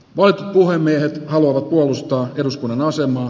vaikka puhemiehet haluavat puolustaa eduskunnan asemaa